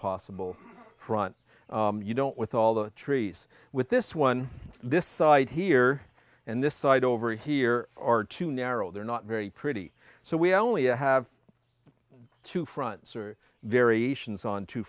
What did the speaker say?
possible front you don't with all the trees with this one this side here and this side over here are too narrow they're not very pretty so we only have two fronts or variations on two